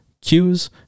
cues